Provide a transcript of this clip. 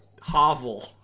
hovel